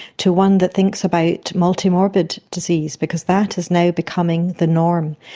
to one that thinks about multi-morbid disease, because that is now becoming the norm.